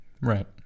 Right